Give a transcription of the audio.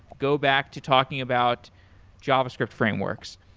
go back to talking about javascript frameworks.